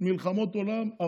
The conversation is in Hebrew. מלחמות עולם,